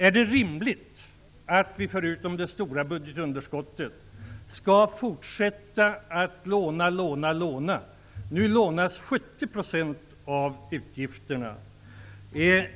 Är det rimligt att vi förutom det stora budgetunderskottet skall fortsätta att låna, låna och låna? Nu lånas det till 70 % av utgifterna.